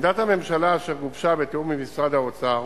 עמדת הממשלה, אשר גובשה בתיאום עם משרד האוצר,